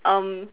um